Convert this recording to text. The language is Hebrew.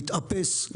להתאפס,